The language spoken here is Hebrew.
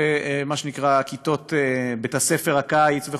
ומה שנקרא בתי-הספר של הקיץ,